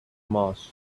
mass